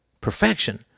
perfection